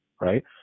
right